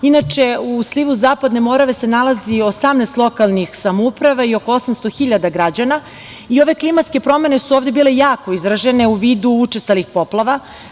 Inače, u slivu Zapadne Morave se nalazi 18 lokalnih samouprava i oko 800 hiljada građana i ove klimatske promene su ovde bile jako izražene u vidu učestalih poplava.